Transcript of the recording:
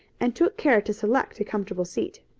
and took care to select a comfortable seat.